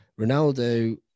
Ronaldo